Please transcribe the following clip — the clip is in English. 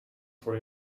for